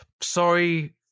Sorry